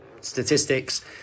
statistics